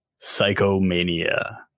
Psychomania